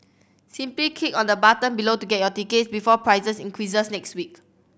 simply click on the button below to get your tickets before prices increase next week